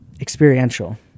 experiential